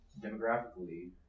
demographically